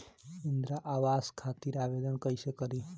इंद्रा आवास खातिर आवेदन कइसे करि?